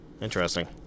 Interesting